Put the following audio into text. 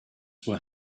were